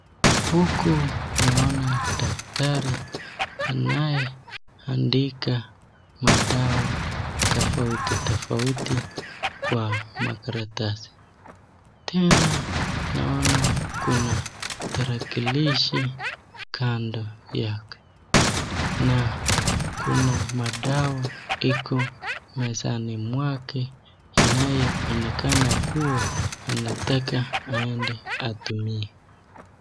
Huku naona daktari anayeandika madawa tofauti tofauti kwa makaratasi. Tena naona kuna tarakilishi kando yake. Na kuna madawa iko mezani mwake inayoonekana kuwa anataka aende atumie.